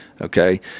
Okay